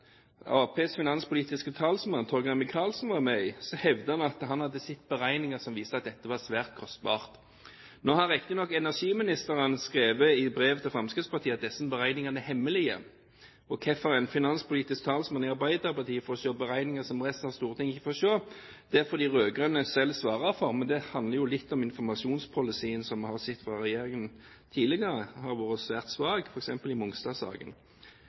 Arbeiderpartiets finanspolitiske talsmann, Torgeir Micaelsen, var med i, hevdet han at han hadde sett beregninger som viste at dette var svært kostbart. Nå har riktignok energiministeren skrevet i brev til Fremskrittspartiet at disse beregningene er hemmelige. Og hvorfor en finanspolitisk talsmann i Arbeiderpartiet får se beregninger som resten av Stortinget ikke får se, det får de rød-grønne selv svare for, men det handler jo litt om at informasjonspolicyen som vi har sett fra regjeringen tidligere, har vært svært svak, f.eks. i